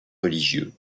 religieux